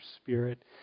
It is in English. Spirit